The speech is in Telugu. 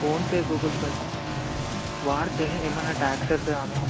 ఫోన్పే గూగుల్ పే వాడితే ఏమైనా టాక్సెస్ అమౌంట్